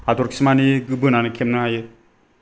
हाथरखि मानि बोनानै खेबनो हायो